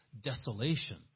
desolation